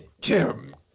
Kim